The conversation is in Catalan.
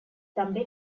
també